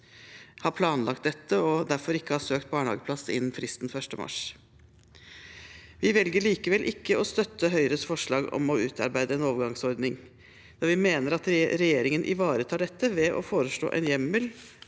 har planlagt dette og derfor ikke har søkt barnehageplass innen fristen 1. mars. Vi velger likevel ikke å støtte Høyres forslag om å utarbeide en overgangsordning. Vi mener at regjeringen ivaretar dette ved å foreslå en hjemmel